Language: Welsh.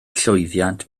llwyddiant